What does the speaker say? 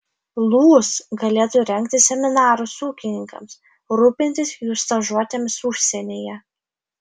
lūs galėtų rengti seminarus ūkininkams rūpintis jų stažuotėmis užsienyje